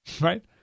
right